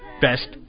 Best